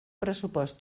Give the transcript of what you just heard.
pressupost